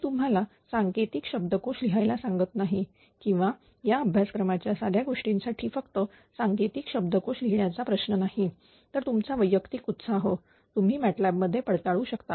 मी तुम्हाला सांकेतिक शब्द कोश लिहायला सांगत नाही किंवा या अभ्यासक्रमाच्या साध्या गोष्टींसाठी फक्त सांकेतिक शब्दकोश लिहिण्याचा प्रश्न नाही हा तुमचा वैयक्तिक उत्साह तुम्ही MATLAB मध्ये पडताळू शकता